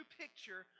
picture